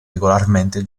regolarmente